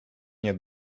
nie